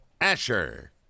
Asher